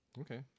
Okay